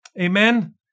amen